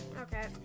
Okay